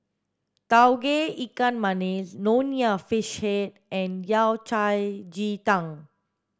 tauge ikan masin nonya fish head and yao cai ji tang